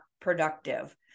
productive